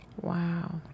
Wow